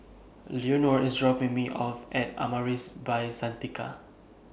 Leonor IS dropping Me off At Amaris By Santika